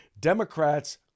Democrats